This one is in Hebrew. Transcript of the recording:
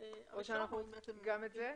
או גם על זה?